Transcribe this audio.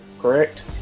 correct